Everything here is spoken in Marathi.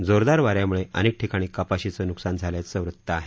जोरदार वाऱ्याम्ळे अनेक ठिकाणी कपाशीचं न्कसान झाल्याचं वृत्त आहे